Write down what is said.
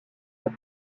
pour